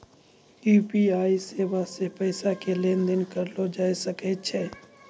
UPI सेबा से पैसा के लेन देन करलो जाय सकै छै